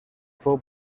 fou